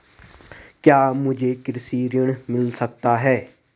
क्या मुझे कृषि ऋण मिल सकता है?